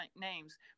names